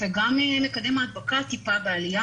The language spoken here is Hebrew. וגם מקדם ההדבקה טיפה בעלייה.